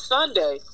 Sunday